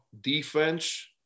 defense